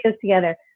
together